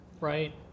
right